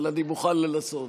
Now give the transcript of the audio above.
אבל אני מוכן לנסות.